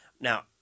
Now